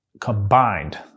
combined